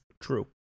True